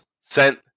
sent